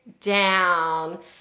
down